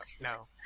No